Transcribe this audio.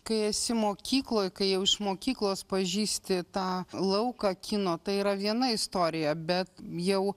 kai esi mokykloj kai jau iš mokyklos pažįsti tą lauką kino tai yra viena istorija bet jau